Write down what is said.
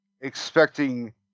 expecting